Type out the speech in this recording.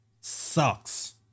sucks